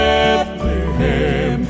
Bethlehem